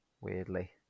weirdly